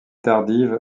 tardive